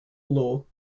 law